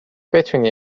بتونی